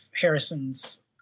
Harrison's